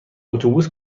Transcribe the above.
اتوبوس